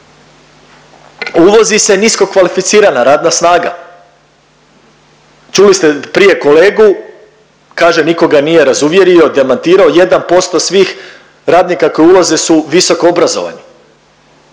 Uvozi se niskokvalificirana radna snaga, čuli ste prije kolegu, kaže niko ga nije razuvjerio i demantirao, 1% svih radnika koji ulaze su visokoobrazovani,